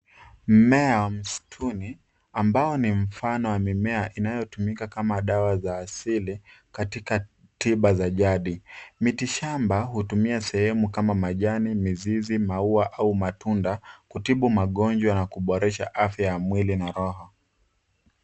Mmea wa msituni ambao ni mfano wa mimea inayoyumika kama dawa za asili katika tiba za jadi. Mitishamba hutumia sehemu kama majani, mizizi, maua au matunda kutibu magonjwa na kuboresha afya ya mwili na roho.